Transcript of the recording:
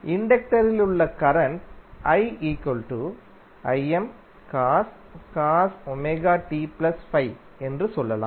இண்டக்டரில் உள்ள கரண்ட் என்று சொல்லலாம்